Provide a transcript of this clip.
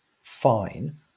Fine